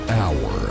hour